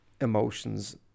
emotions